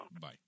bye